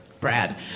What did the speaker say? Brad